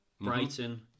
Brighton